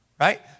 right